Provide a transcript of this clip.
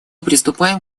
приступаем